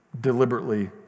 deliberately